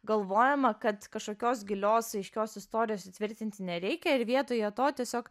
galvojama kad kažkokios gilios aiškios istorijos įtvirtinti nereikia ir vietoje to tiesiog